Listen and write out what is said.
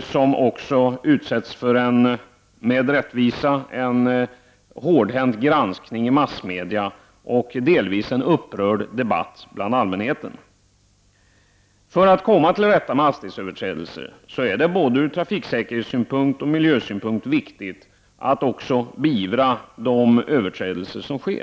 som med rätta utsätts för en hårdhänt granskning i massmedia och som delvis är föremål för en upprörd debatt bland allmänheten. För att komma till rätta med hastighetsöverträdelser är det ur både trafiksäkerhetssynpunkt och miljösynpunkt viktigt att också beivra de överträdelser som sker.